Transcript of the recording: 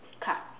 card